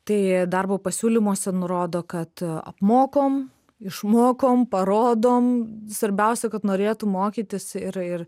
tai darbo pasiūlymuose nurodo kad apmokom išmokom parodom svarbiausia kad norėtų mokytis ir ir